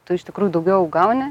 tu iš tikrųjų daugiau gauni